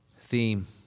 theme